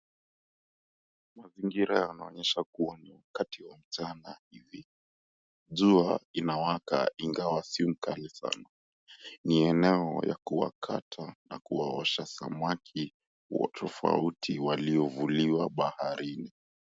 Mazingira yanaonyesha kua ni wakati wa mchana ivi, jua inawaka ingawa sio kali sana, ni eneo ya kuwakata na kuwaosha samaki wa tofauti waliovuliwa baharini.